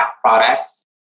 products